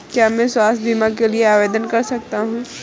क्या मैं स्वास्थ्य बीमा के लिए आवेदन कर सकता हूँ?